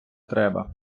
треба